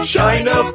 China